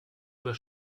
über